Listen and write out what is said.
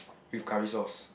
with curry sauce